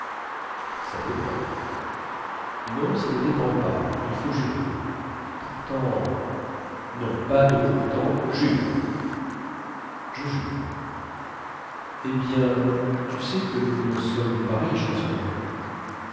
ça dépend non ça ne dépend pas il faut jurer pourtant non pas de pourtant jure je jure eh bien tu sais que nous ne sommes pas riches en ce moment